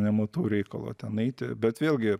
nematau reikalo ten eiti bet vėlgi